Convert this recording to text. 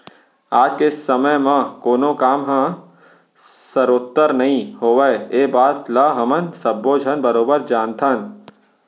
आज के समे म कोनों काम ह सरोत्तर नइ होवय ए बात ल हमन सब्बो झन बरोबर जानथन